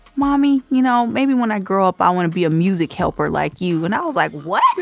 mommy, you know maybe when i grow up i wanna be a music helper like you. and i was like, what?